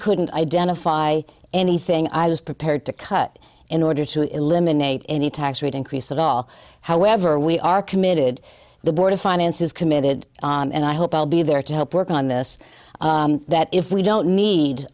couldn't identify anything i was prepared to cut in order to eliminate any tax rate increase at all however we are committed the board of finance is committed and i hope i'll be there to help work on this that if we don't need